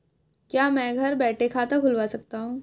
क्या मैं घर बैठे खाता खुलवा सकता हूँ?